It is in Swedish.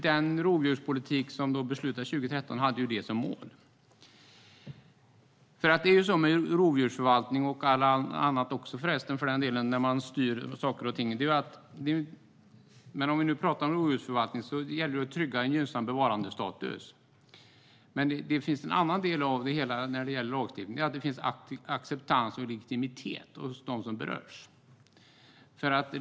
Den rovdjurspolitik som det beslutades om 2013 hade det som mål. I fråga om rovdjursförvaltningen, och allt annat också för den delen, gäller det att trygga gynnsam bevarandestatus. En annan del när det gäller lagstiftningen är att det ska finnas acceptans hos dem som berörs; de ska tycka att det finns en legitimitet i beslutet.